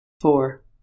four